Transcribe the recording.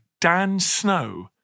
DANSNOW